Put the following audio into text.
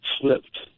slipped